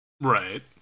Right